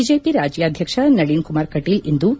BJP ರಾಜ್ಯಾಧಕ್ಷ ನಳೀನ್ ಕುಮಾರ್ ಕಟೀಲ್ ಇಂದು K